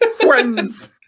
Friends